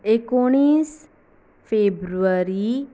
एकोणीस फेब्रुवारी